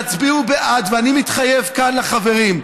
תצביעו בעד, ואני מתחייב כאן לחברים,